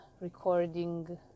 recording